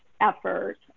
effort